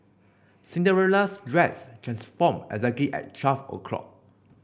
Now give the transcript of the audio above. Cinderella's dress transformed exactly at twelve o'clock